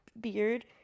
beard